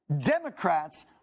Democrats